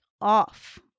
off